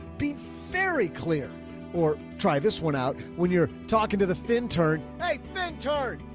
be very clear or try this one out. when you're talking to the fin turn. hey, ben, tart,